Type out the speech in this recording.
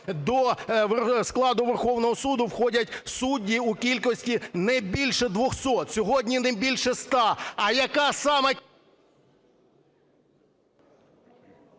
до складу Верховного Суду входять судді у кількості не більше 200, сьогодні не більше 100. А яка…